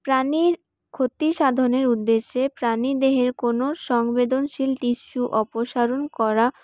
প্রাণীর ক্ষতি সাধনের উদ্দেশ্যে প্রাণী দেহের কোন সংবেদনশীল টিস্যু অপসরণ করা